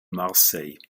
marseille